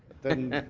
then